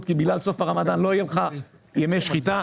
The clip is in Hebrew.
כי בגלל סוף הרמדאן לא יהיו ימי שחיטה".